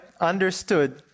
understood